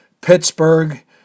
pittsburgh